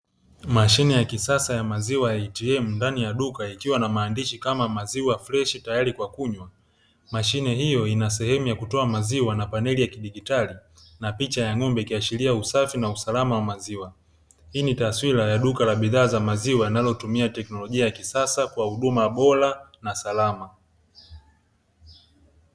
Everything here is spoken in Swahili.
Mashine ya kisasa ya maziwa ya "ATM" ndani ya duka ikiwa na maandishi kama maziwa freshi tayari kwa kunywa, mashine hiyo ina sehemu ya kutoa maziwa na paneli ya kidijitali na picha ya ng'ombe, ikiashiria usafi na usalama wa maziwa. Hii ni taswira ya duka la bidhaa za maziwa linalotumia teknolojia ya kisasa kwa huduma bora na salama.